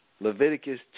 Leviticus